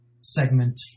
segment